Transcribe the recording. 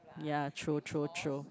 ya true true true